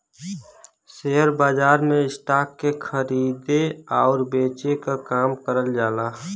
share बाजार में stock के खरीदे आउर बेचे क काम करल जाला